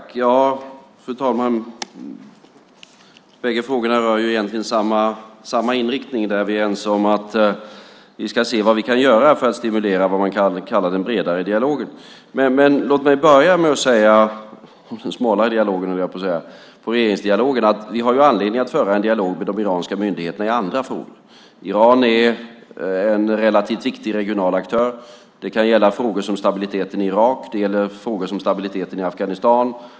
Fru talman! Bägge frågorna rör egentligen samma inriktning, där vi är ense om att vi ska se vad vi kan göra för att stimulera vad man kan kalla den bredare dialogen - den smalare dialogen, höll jag på att säga, regeringsdialogen. Vi har anledning att föra en dialog med de iranska myndigheterna i andra frågor. Iran är en relativt viktig regional aktör. Det kan gälla frågor om stabiliteten i Irak och stabiliteten i Afghanistan.